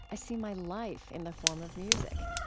i see my life in the form of music.